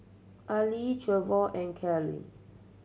Arlie Trevor and Kalie